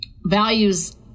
values